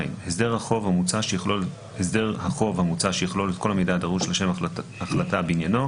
הסדר החוב המוצע שיכלול את כל המידע הדרוש לשם החלטה בעניינו,